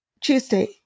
Tuesday